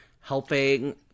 helping